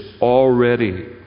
already